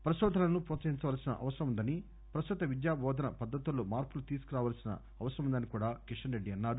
పరిశోధనలను హ్రోత్సహించ వలసిన అవసరముందని ప్రస్తుత విద్యా టోధన పద్దతుల్లో మార్పులు తీసుకురావలసిన అవసరముందని కిషన్ రెడ్డి అన్నారు